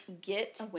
get